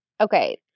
Okay